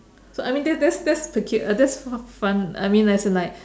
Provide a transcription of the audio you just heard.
so I mean that's that's that's uh that's more fun I mean as in like